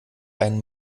ein